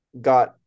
got